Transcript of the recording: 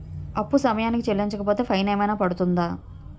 అప్పు సమయానికి చెల్లించకపోతే ఫైన్ ఏమైనా పడ్తుంద?